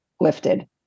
lifted